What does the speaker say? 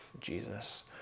Jesus